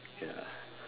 ya